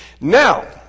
Now